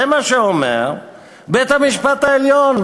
זה מה שאומר בית-המשפט העליון.